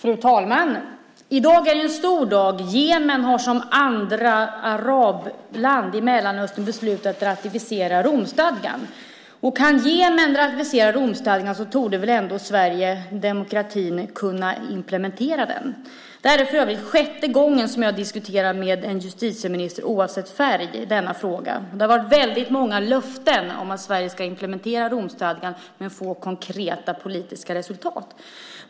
Fru talman! I dag är en stor dag. Jemen har som andra arabland i Mellanöstern beslutat att ratificera Romstadgan. Om Jemen kan ratificera Romstadgan torde väl ändå Sverige, demokratin, kunna implementera den. Det är för övrigt sjätte gången som jag diskuterar med en justitieminister oavsett färg i denna fråga. Det har varit väldigt många löften om att Sverige ska implementera Romstadgan men få konkreta politiska resultat.